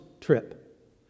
trip